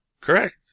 Correct